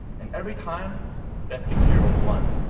and every time that six-year-old won.